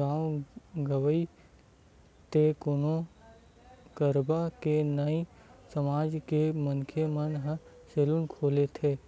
गाँव गंवई ते कोनो कस्बा के नाई समाज के मनखे मन ह सैलून खोलथे